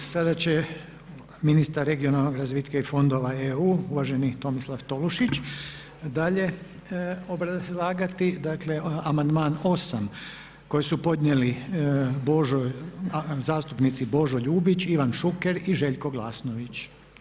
Sada će ministar regionalnog razvitka i fondova EU, uvaženi Tomislav Tolušić dalje obrazlagati, dakle amandman 8. koji su podnijeli zastupnici Božo Ljubić, Ivan Šuker i Željko Glasnović.